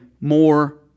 more